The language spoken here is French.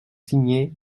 signé